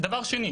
דבר שני,